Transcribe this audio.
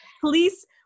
Police